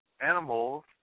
animals